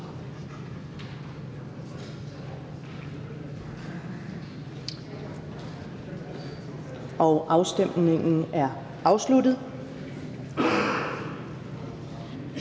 Afstemningen er afsluttet.